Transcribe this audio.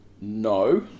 No